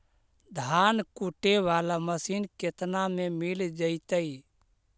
धान कुटे बाला मशीन केतना में मिल जइतै?